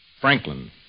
Franklin